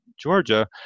Georgia